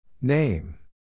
Name